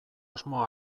asmoa